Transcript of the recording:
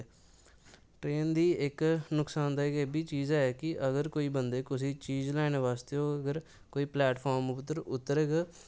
train दी इक नुक्सानदायक एह् बी चीज ऐ की अगर कोई बंदे उसी चीज लैन वास्तै अगर कोई प्लैटफार्म उद्धर उतरग